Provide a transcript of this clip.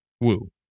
Woo